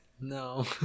No